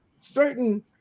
certain